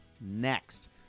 next